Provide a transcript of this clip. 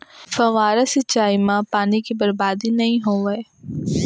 फवारा सिंचई म पानी के बरबादी नइ होवय